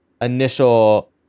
initial